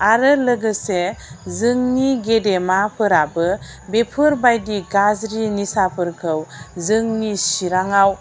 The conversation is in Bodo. आरो लोगोसे जोंनि गेदेमाफोराबो बेफोर बादि गाज्रि निसाफोरखौ जोंनि चिराङाव